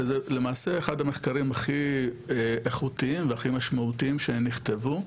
וזה למעשה אחד המחקרים הכי איכותיים והכי משמעותיים שנכתבו.